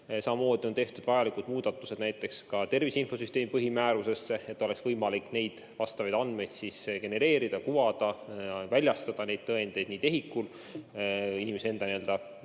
Samamoodi on tehtud vajalikud muudatused näiteks ka tervise infosüsteemi põhimääruses, et oleks võimalik neid andmeid genereerida, kuvada, väljastada neid tõendeid nii TEHIK‑ul inimese enda soovi korral